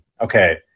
Okay